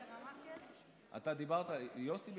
אתה דיברת, יוסי?